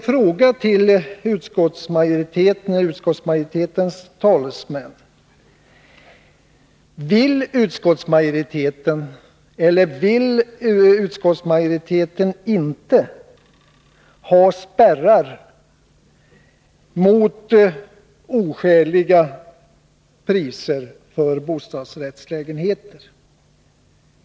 Jag vill ställa följande fråga till utskottsmajoritetens talesmän: Vill utskottsmajoriteten eller vill utskottsmajoriteten inte ha spärrar mot oskäliga priser för bostadsrättslägenheter?